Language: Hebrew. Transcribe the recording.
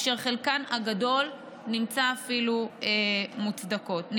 אשר חלקן הגדול נמצאו אפילו מוצדקות.